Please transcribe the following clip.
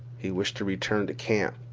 he wished to return to camp,